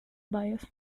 bias